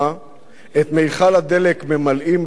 את מכל הדלק ממלאים בלי חשבון,